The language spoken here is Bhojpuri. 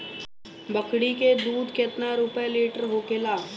बकड़ी के दूध केतना रुपया लीटर होखेला?